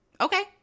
okay